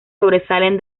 sobresalen